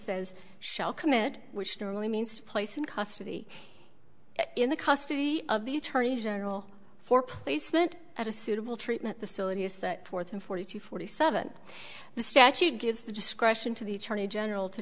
says shall commit which generally means to place in custody in the custody of the attorney general for placement at a suitable treatment the syllabus set forth in forty two forty seven the statute gives the discretion to the attorney general to